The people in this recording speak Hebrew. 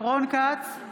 רון כץ,